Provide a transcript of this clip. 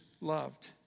loved